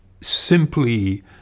simply